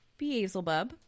Beazelbub